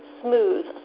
smooth